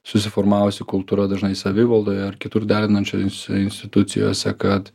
susiformavusi kultūra dažnai savivaldoje ar kitur derinančiose institucijose kad